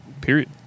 period